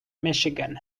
michigan